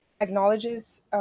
acknowledges –